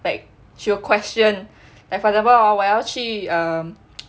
like she will question like for example hor 我要去 um